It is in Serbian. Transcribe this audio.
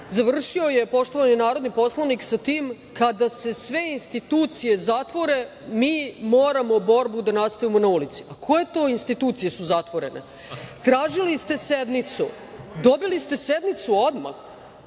ovde. Završio je poštovani narodni poslanik sa tim - kada se sve institucije zatvore, mi moramo borbu da nastavimo na ulici. Koje to institucije su zatvorene? Tražili ste sednicu, dobili ste sednicu odmah.